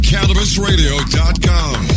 CannabisRadio.com